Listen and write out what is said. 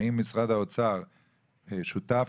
האם משרד האוצר שותף?